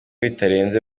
bitarenze